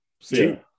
See